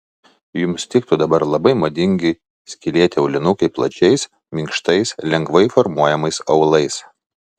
jums tiktų dabar labai madingi skylėti aulinukai plačiais minkštais lengvai formuojamais aulais